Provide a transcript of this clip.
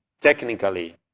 technically